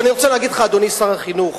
אני רוצה להגיד לך, אדוני שר החינוך,